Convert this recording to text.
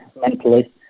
mentally